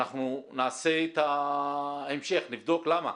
אנחנו נעשה את ההמשך, נבדוק למה,